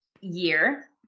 year